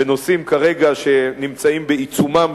בנושאים שנמצאים כרגע בעיצומם,